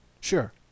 Sure